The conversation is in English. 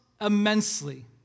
immensely